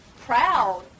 proud